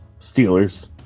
Steelers